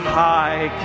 high